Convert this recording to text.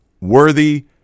worthy